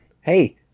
Hey